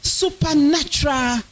supernatural